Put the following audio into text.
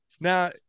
Now